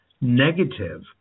negative